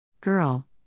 Girl—